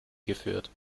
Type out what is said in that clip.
geführt